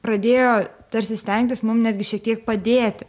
pradėjo tarsi stengtis mum netgi šiek tiek padėti